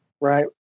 Right